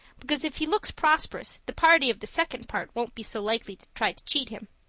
because if he looks prosperous the party of the second part won't be so likely to try to cheat him.